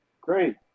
great